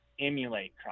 emulate